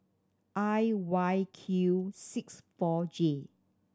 I Y Q six four J